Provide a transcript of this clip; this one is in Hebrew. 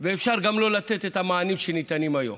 אפשר גם לא לתת את המענים שניתנים היום.